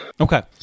Okay